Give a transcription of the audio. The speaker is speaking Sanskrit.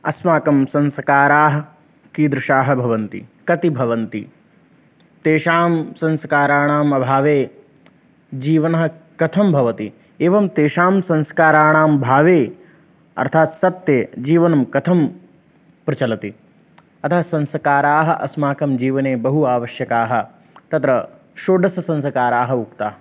अस्माकं संस्काराः कीदृशाः भवन्ति कति भवन्ति तेषां संस्काराणामभावे जीवनं कथं भवति एवं तेषां संस्काराणां भावे अर्थात् सत्वे जीवनं कथं प्रचलति अतः संस्काराः अस्माकं जीवने बहु आवश्यकाः तत्र षोडशसंस्काराः उक्ताः